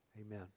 Amen